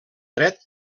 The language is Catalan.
dret